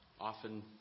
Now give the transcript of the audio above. often